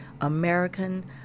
American